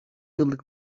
yıllık